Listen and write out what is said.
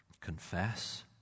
confess